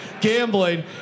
gambling